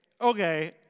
okay